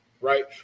right